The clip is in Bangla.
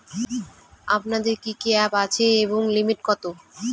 আপনাদের কি কি অ্যাপ আছে এবং লিমিট কত?